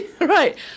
right